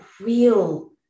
real